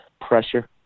pressure